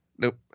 Nope